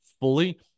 fully